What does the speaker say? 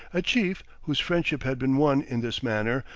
a chief, whose friendship had been won in this manner,